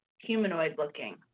humanoid-looking